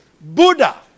Buddha